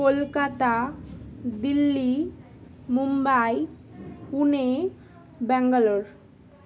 Kolkata Delhi Mumbai Pune Bangalore